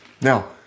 Now